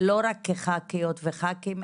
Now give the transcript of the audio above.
לא רק כחברי כנסת וחברות כנסת,